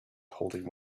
holding